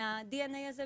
מה- DNA הזה,